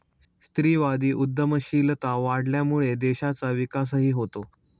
स्त्रीवादी उद्यमशीलता वाढल्यामुळे देशाचा विकासही होतो